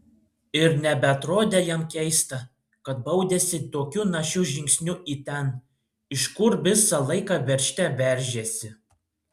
ir nebeatrodė jam keista kad baudėsi tokiu našiu žingsniu į ten iš kur visą laiką veržte veržėsi